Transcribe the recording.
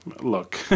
look